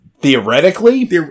Theoretically